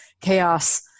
chaos